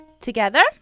Together